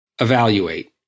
evaluate